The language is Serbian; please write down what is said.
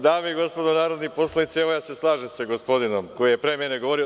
Dame i gospodo narodni poslanici, evo slažem se sa gospodinom koji je pre mene govorio.